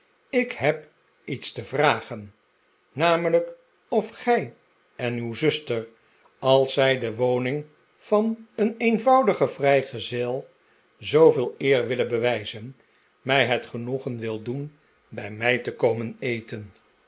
ik heb iets te vragen namelijk of gij en uw zuster als zij de woning van een eenvoudigen vrijgezel zooveel eer wil bewijzen mij het genoegen wilt doen bij mij te komen eten